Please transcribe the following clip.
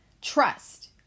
Trust